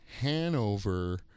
Hanover